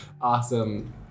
awesome